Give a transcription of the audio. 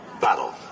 Battle